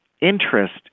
interest